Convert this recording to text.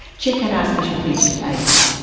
check out our special features page.